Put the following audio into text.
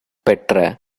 பெற்ற